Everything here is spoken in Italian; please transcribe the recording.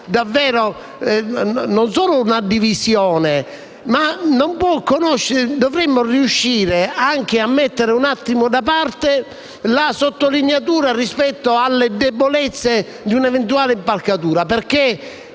conoscere divisioni. Dovremmo infatti riuscire a mettere un attimo da parte la sottolineatura rispetto alle debolezze di un'eventuale impalcatura,